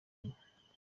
imwe